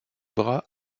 bras